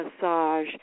massage